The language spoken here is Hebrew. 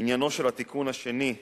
עניינו של התיקון השני הוא